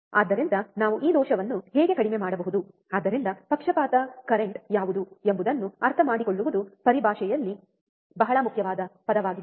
ಆದ್ದರಿಂದ ನಾವು ಈ ದೋಷವನ್ನು ಹೇಗೆ ಕಡಿಮೆ ಮಾಡಬಹುದು ಆದ್ದರಿಂದ ಪಕ್ಷಪಾತ ಕರೆಂಟ್ ಯಾವುದು ಎಂಬುದನ್ನು ಅರ್ಥಮಾಡಿಕೊಳ್ಳುವುದು ಪರಿಭಾಷೆಯಲ್ಲಿ ಬಹಳ ಮುಖ್ಯವಾದ ಪದವಾಗಿದೆ